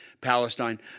Palestine